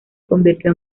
convirtió